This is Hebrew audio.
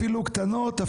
אפילו קטנות,